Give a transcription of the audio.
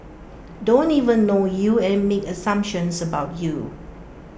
don't even know you and make assumptions about you